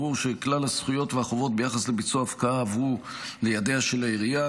ברור שכלל הזכויות והחובות ביחס לביצוע ההפקעה עברו לידיה של העירייה,